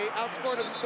outscored